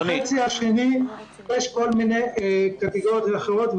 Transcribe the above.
בחצי השני יש כל מיני קטגוריות אחרות.